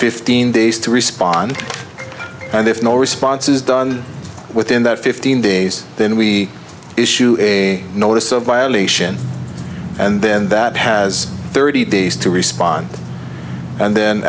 fifteen days to respond and if no response is done within that fifteen days then we issue a notice of violation and then that has thirty days to respond and then